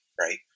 right